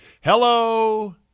hello